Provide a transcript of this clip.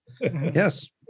Yes